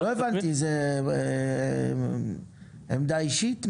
לא הבנתי זאת עמדה אישית?